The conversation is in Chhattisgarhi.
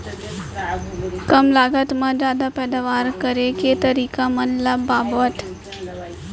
कम लागत मा जादा पैदावार करे के तरीका मन ला बतावव?